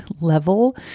level